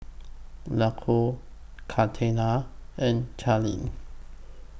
Lucio Kaleena and Charlene